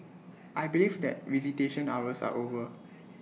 I believe that visitation hours are over